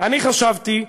אני חשבתי,